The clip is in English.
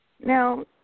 Now